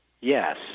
Yes